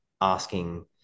asking